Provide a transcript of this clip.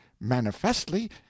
manifestly